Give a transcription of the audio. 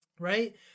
Right